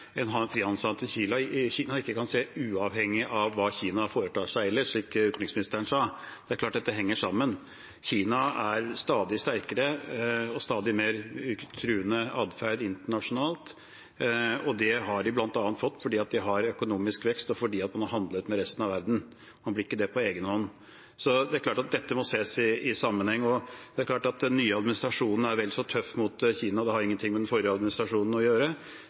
en frihandelsavtale med Kina ikke kan ses uavhengig av hva Kina foretar seg ellers, slik utenriksministeren sa. Det er klart dette henger sammen. Kina er stadig sterkere, med stadig mer truende adferd internasjonalt, og slik har det bl.a. blitt fordi de har økonomisk vekst, og fordi de har handlet med resten av verden. Man blir ikke det på egen hånd. Det er klart at dette må ses i sammenheng. Det er klart at den nye administrasjonen er vel så tøff mot Kina – det har ingenting med den forrige administrasjonen å gjøre